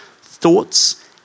thoughts